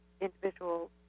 individual